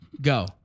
Go